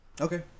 okay